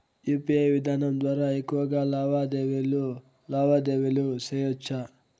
UPI విధానం ద్వారా ఎక్కువగా లావాదేవీలు లావాదేవీలు సేయొచ్చా?